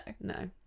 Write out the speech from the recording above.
No